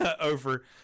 over